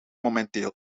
momenteel